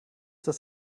das